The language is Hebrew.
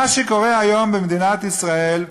מה שקורה היום במדינת ישראל,